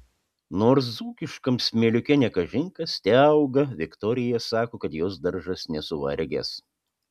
nors dzūkiškam smėliuke ne kažin kas teauga viktorija sako kad jos daržas nesuvargęs